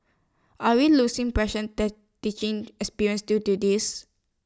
are we losing precious teaching experience due to this